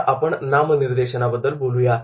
आता आपण नामनिर्देशनाबद्दल बोलू या